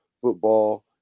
football